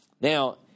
Now